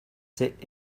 sit